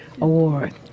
Award